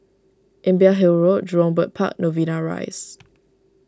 Imbiah Hill Road Jurong Bird Park Novena Rise